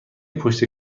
پشت